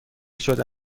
شده